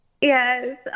Yes